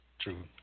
True